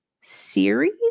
series